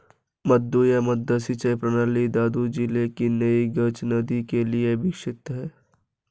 मद्दू या मड्डा सिंचाई प्रणाली दादू जिले की नई गज नदी के लिए विशिष्ट है